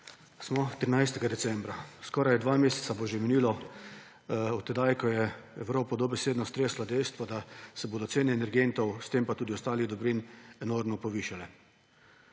smo 13. decembra. Skoraj dva meseca bo že minilo od tedaj, ko je Evropo dobesedno streslo dejstvo, da se bodo cene energentov, s tem pa tudi ostalih dobrin, enormno povišale.